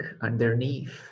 underneath